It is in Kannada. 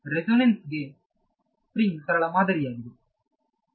ರೆಸೊನೆನ್ಸ್ ಕ್ಕೆ ಸ್ಪ್ರಿಂಗ್ ಸರಳ ಮಾದರಿಯಾಗಿದೆ